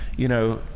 you know,